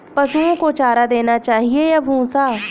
पशुओं को चारा देना चाहिए या भूसा?